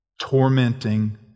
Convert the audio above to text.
tormenting